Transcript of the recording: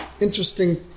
interesting